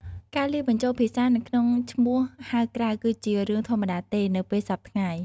ការលាយបញ្ចូលភាសានៅក្នុងឈ្មោះហៅក្រៅគឺជារឿងធម្មតាទេ នៅពេលសព្វថ្ងៃ។